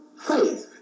faith